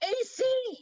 AC